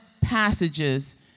passages